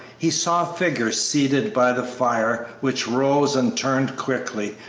he saw a figure seated by the fire, which rose and turned quickly,